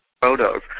photos